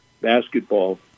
basketball